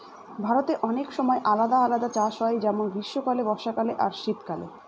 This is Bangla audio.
ভারতে অনেক সময় আলাদা আলাদা চাষ হয় যেমন গ্রীস্মকালে, বর্ষাকালে আর শীত কালে